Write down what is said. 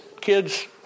Kids